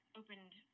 opened